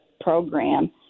Program